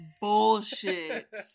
bullshit